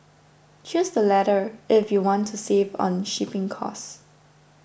choose the latter if you want to save on shipping cost